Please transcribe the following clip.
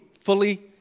fully